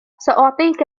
سأعطيك